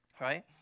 Right